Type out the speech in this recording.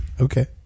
Okay